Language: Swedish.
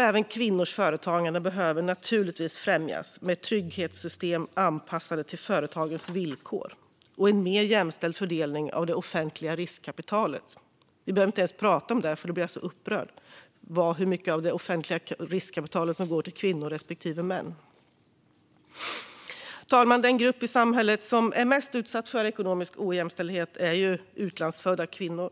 Även kvinnors företagande behöver naturligtvis främjas genom trygghetssystem som är anpassade till företagares villkor och en mer jämställd fördelning av det offentliga riskkapitalet. Det behöver vi inte ens prata om, för jag blir så upprörd över hur mycket av det offentliga riskkapitalet som går till kvinnor respektive män. Fru talman! Den grupp i samhället som är mest utsatt för ekonomisk ojämställdhet är utlandsfödda kvinnor.